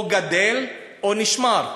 או גדל, או נשמר?